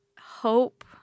hope